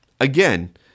again